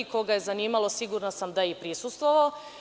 Koga je zanimalo, sigurna sam i da je i prisustvovao.